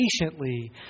patiently